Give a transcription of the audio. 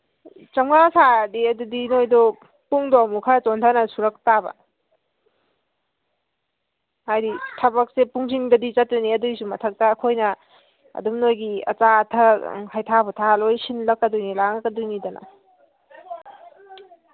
ꯆꯥꯃꯉꯥ ꯁꯥꯔꯗꯤ ꯑꯗꯨꯗꯤ ꯅꯈꯣꯏꯗꯣ ꯄꯨꯡꯗꯣ ꯑꯃꯨꯛ ꯈꯔ ꯆꯣꯟꯊꯅ ꯁꯨꯔꯛ ꯇꯥꯕ ꯍꯥꯏꯗꯤ ꯊꯕꯛꯁꯦ ꯄꯨꯡꯁꯤꯡꯗꯗꯤ ꯆꯠꯇꯣꯏꯅꯤ ꯑꯗꯨꯒꯤꯁꯨ ꯃꯊꯛꯇ ꯑꯩꯈꯣꯏꯅ ꯑꯗꯨꯝ ꯅꯈꯣꯏꯒꯤ ꯑꯆꯥ ꯑꯊꯛ ꯍꯩꯊꯥ ꯄꯣꯊꯥ ꯂꯣꯏꯅ ꯁꯤꯜꯂꯛꯀꯗꯣꯏꯅꯤ ꯂꯥꯡꯉꯛꯀꯗꯣꯏꯅꯤ